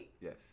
yes